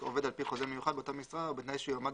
עובד על פי חוזה מיוחד באותה משרה ובתנאי שהוא יועמד